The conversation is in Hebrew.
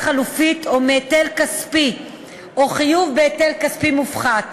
חלופית או מהיטל כספי או חיוב בהיטל כספי מופחת,